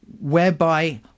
whereby